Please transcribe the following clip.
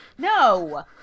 No